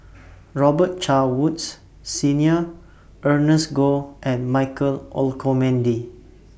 Robet Carr Woods Senior Ernest Goh and Michael Olcomendy